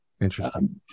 Interesting